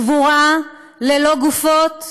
קבורה ללא גופות?